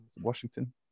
Washington